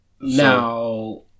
Now